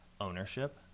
ownership